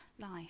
life